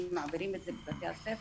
מעבירים את זה בבתי הספר,